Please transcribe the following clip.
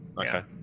okay